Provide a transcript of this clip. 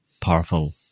powerful